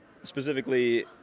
specifically